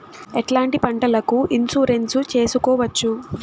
ఎట్లాంటి పంటలకు ఇన్సూరెన్సు చేసుకోవచ్చు?